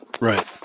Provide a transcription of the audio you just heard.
Right